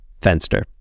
Fenster